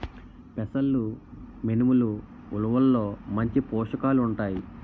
పెసలు మినుములు ఉలవల్లో మంచి పోషకాలు ఉంటాయి